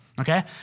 Okay